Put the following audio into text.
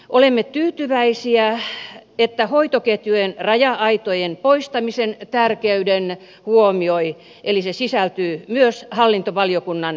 olemme tyytyväisiä että hoitoketjujen raja aitojen poistamisen tärkeys huomioidaan eli se sisältyy myös hallintovaliokunnan mietintöön